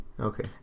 Okay